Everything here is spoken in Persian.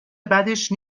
بدش